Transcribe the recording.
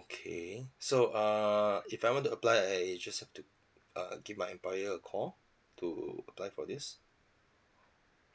okay so err if I want to apply I just have to err give my employer a call to apply for this